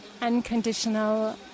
unconditional